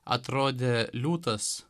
atrodė liūtas